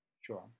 Sure